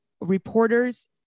reporters